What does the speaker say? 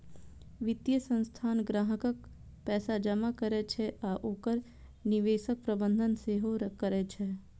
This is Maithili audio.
वित्तीय संस्थान ग्राहकक पैसा जमा करै छै आ ओकर निवेशक प्रबंधन सेहो करै छै